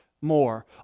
more